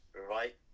right